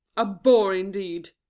a boor, indeed!